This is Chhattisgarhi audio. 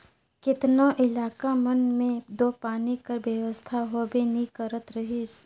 केतनो इलाका मन मे दो पानी कर बेवस्था होबे नी करत रहिस